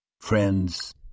friends